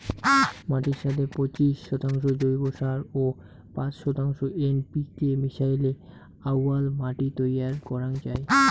মাটির সথে পঁচিশ শতাংশ জৈব সার ও পাঁচ শতাংশ এন.পি.কে মিশাইলে আউয়াল মাটি তৈয়ার করাং যাই